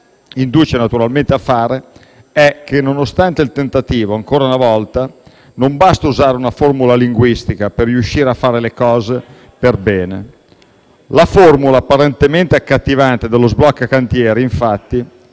induce naturalmente a fare è che, nonostante il tentativo ancora una volta, non basta usare una formula linguistica per riuscire a fare le cose per bene. La formula apparentemente accattivante dello sblocca cantieri, infatti,